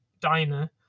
diner